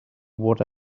what